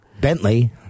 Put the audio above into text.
Bentley